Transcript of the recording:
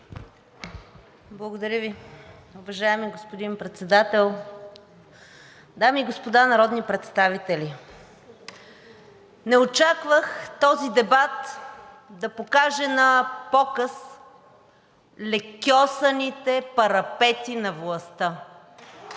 Благодаря Ви. Уважаеми господин Председател, дами и господа народни представители! Не очаквах този дебат да извади на показ лекьосаните парапети на властта!